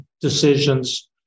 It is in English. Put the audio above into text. decisions